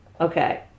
Okay